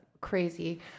crazy